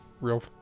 Real